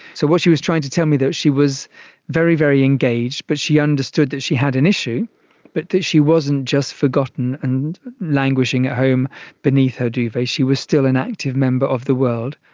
so what she was trying to tell me was that she was very, very engaged, but she understood that she had an issue but that she wasn't just forgotten and languishing at home beneath her duvet, she was still an active member of the world,